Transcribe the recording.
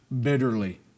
bitterly